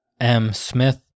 MSmith